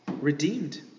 redeemed